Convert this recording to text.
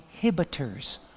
inhibitors